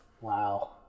Wow